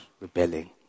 rebelling